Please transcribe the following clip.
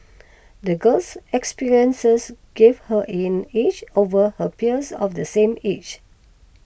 the girl's experiences gave her an edge over her peers of the same age